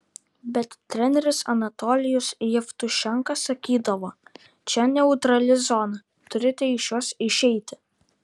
bet treneris anatolijus jevtušenka sakydavo čia neutrali zona turite iš jos išeiti